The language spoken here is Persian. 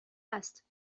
است